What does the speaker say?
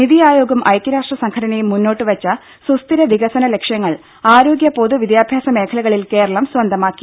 നിതി ആയോഗും ഐക്യരാഷ്ട്ര സംഘടനയും മുന്നോട്ടുവെച്ച സുസ്ഥിര വികസന ലക്ഷ്യങ്ങൾ ആരോഗ്യ പൊതു വിദ്യാഭ്യാസ മേഖലകളിൽ കേരളം സ്വന്തമാക്കി